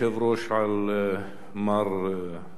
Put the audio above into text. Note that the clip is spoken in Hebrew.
מדובר כאן על מר ארדואן,